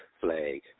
flag